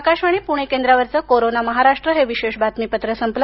आकाशवाणी प्णे केंद्रावरचं कोरोना महाराष्ट्र हे विशेष बातमीपत्र संपलं